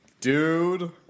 Dude